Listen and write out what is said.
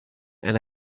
and